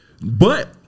But-